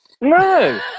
No